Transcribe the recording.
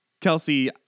Kelsey